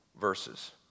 verses